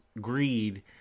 greed